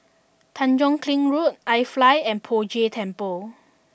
Tanjong Kling Road iFly and Poh Jay Temple